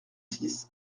six